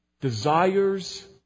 Desires